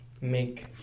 make